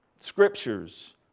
Scriptures